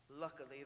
Luckily